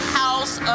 house